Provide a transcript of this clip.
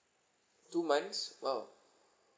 two months !wow!